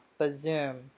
Bazoom